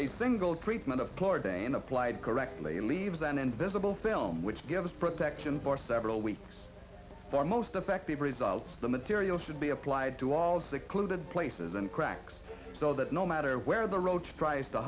a single treatment of chlordane applied correctly leaves an invisible film which gives protection for several weeks for most effective results the material should be applied to all secluded places and cracks so that no matter where the roach tries to